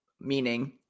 Meaning